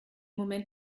moment